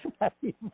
Happy